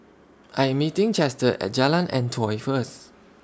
I Am meeting Chester At Jalan Antoi First